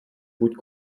путь